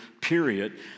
period